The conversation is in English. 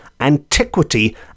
antiquity